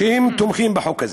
שתומכים בחוק הזה.